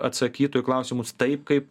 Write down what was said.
atsakytų į klausimus taip kaip